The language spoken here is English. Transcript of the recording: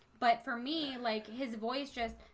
but for me like his boisterous